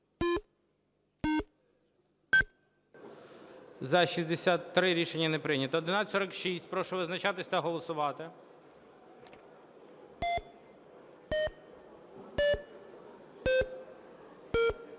За-58 Рішення не прийнято. 1164. Прошу визначатися та голосувати.